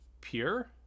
pure